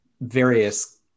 various